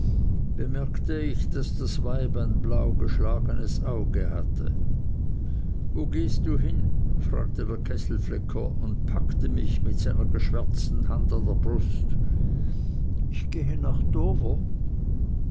bemerkte ich daß das weib ein blaugeschlagenes auge hatte wo gehst du hin fragte der kesselflicker und packte mich mit seiner geschwärzten hand an der brust ich gehe nach dover